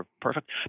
perfect